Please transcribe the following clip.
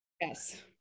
yes